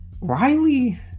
Riley